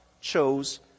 chose